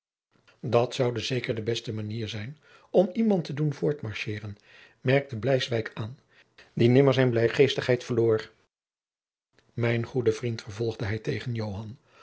dat zoude zeker de beste manier zijn om iemand te doen voortmarcheeren merkte bleiswyk aan die nimmer zijne blijgeestigheid verloor ijn goede vriend vervolgde hij tegen